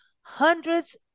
hundreds